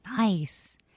Nice